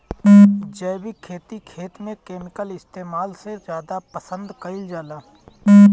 जैविक खेती खेत में केमिकल इस्तेमाल से ज्यादा पसंद कईल जाला